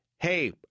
Hey